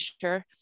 sure